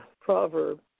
proverb